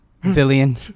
Villian